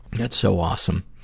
that's so awesome.